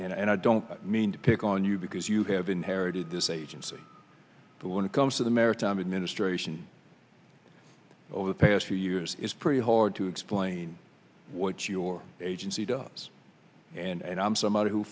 and i don't mean to pick on you because you have inherited this agency but when it comes to the maritime administration over the past few it's pretty hard to explain what your agency does and i'm someone who